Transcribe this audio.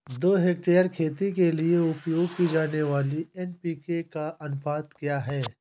दो हेक्टेयर खेती के लिए उपयोग की जाने वाली एन.पी.के का अनुपात क्या है?